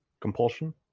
Compulsion